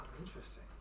interesting